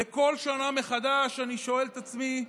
וכל שנה מחדש אני שואל את עצמי: